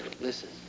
listen